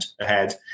ahead